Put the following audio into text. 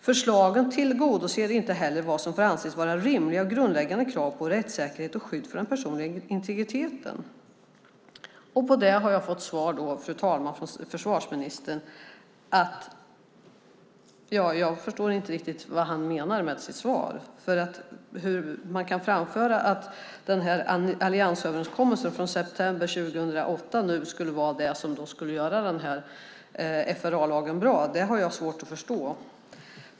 Förslagen tillgodoser inte heller vad som bör anses vara rimliga och grundläggande krav på rättssäkerhet och skydd för den personliga integriteten. På detta har jag fått svar, fru talman, från försvarsministern. Men jag förstår inte riktigt vad han menar med sitt svar, för hur man kan framföra att alliansöverenskommelsen från september 2008 nu skulle vara det som skulle göra FRA-lagen bra har jag svårt att förstå.